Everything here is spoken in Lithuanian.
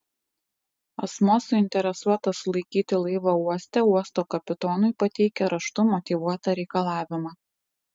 asmuo suinteresuotas sulaikyti laivą uoste uosto kapitonui pateikia raštu motyvuotą reikalavimą